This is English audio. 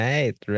Right